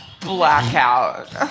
Blackout